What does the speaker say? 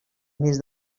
més